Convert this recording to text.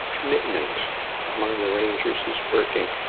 commitment among the rangers is working.